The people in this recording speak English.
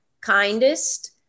kindest